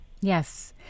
Yes